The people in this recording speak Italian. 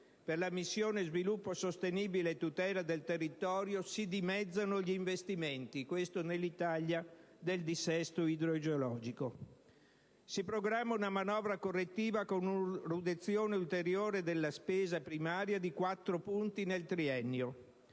per la missione sviluppo sostenibile e tutela del territorio si dimezzano gli investimenti (questo accade nell'Italia del dissesto idrogeologico). Si programma una manovra correttiva con una riduzione ulteriore della spesa primaria di 4 punti nel triennio;